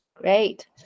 Great